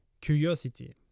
curiosity